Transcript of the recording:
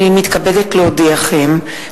הנני מתכבדת להודיעכם,